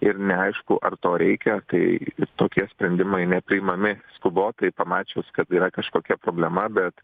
ir neaišku ar to reikia kai tokie sprendimai nepriimami skubotai pamačius kad yra kažkokia problema bet